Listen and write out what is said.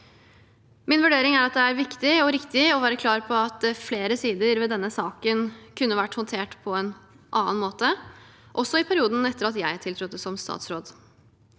Min vurdering er at det er viktig og riktig å være klar på at flere sider ved denne saken kunne vært håndtert på en annen måte, også i perioden etter at jeg tiltrådte som statsråd.